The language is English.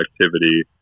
activity